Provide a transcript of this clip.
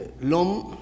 l'homme